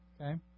okay